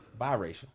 Biracial